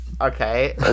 Okay